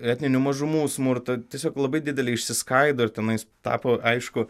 etninių mažumų smurto tiesiog labai didelį išsiskaido ir tenais tapo aišku